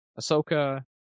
Ahsoka